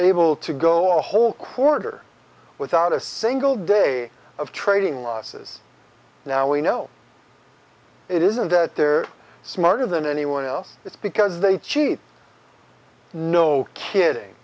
able to go all whole quarter without a single day of trading losses now we know it isn't that they're smarter than anyone else it's because they cheat no kidding